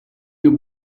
your